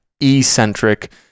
eccentric